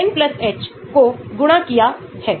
उदाहरण के लिए CH3 056 है जो कि अधिक हाइड्रोफोबिक है